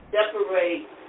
separate